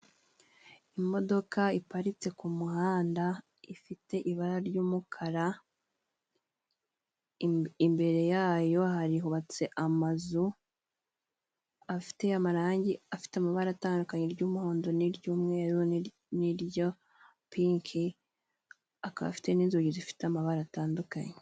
Imodoka iparitse ku muhanda. Ifite ibara ry'umukara. Imbere yayo hubatse amazu afite amarangi, afite amabara atandukanye. Iry'umuhondo n'iry'umweru n'irya pinki akaba afite n'inzugi zifite amabara atandukanye.